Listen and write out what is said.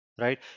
right